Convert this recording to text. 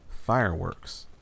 Fireworks